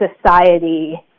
society